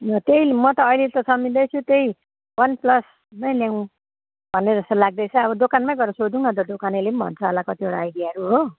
ल त्यही म त अहिले त सम्झिँदैछु त्यही वान प्लस नै ल्याउँ भन्ने जस्तो लाग्दैछ अब दोकानमै गएर सोधौँ न त दोकानेले पनि भन्छ होला कतिवटा आइडियाहरू हो